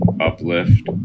uplift